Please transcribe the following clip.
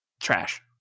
Trash